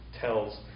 Tells